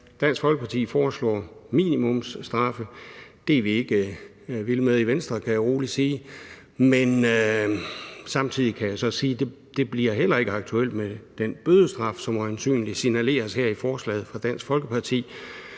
Dansk Folkeparti foreslår minimumsstraffe. Det er vi ikke vilde med i Venstre, kan jeg roligt sige. Men samtidig kan jeg så sige, at det heller ikke bliver aktuelt med den bødestraf, som øjensynlig signaleres i forslaget fra Dansk Folkeparti,